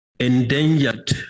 endangered